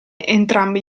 entrambi